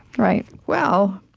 right well,